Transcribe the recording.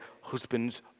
husbands